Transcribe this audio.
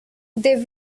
they